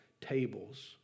tables